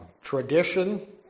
tradition